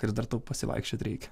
ir dar daug pasivaikščiot reikia